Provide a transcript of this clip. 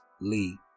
Lee